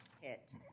hit